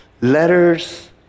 letters